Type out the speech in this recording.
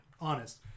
honest